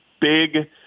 Big